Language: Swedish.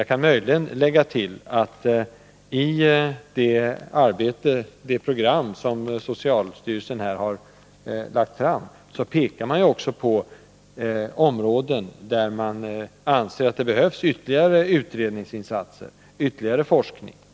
Jag kan möjligen lägga till, att i det program som socialstyrelsen har lagt fram pekar man också på områden där man anser att det behövs ytterligare utredningsinsatser och ytterligare forskning.